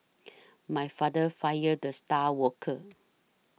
my father fired the star worker